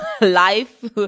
life